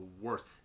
worst